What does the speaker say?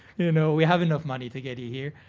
you know. we have enough money to get you here.